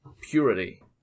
purity